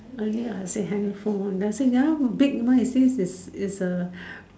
earlier I said handphone then I said ya big one since it it's a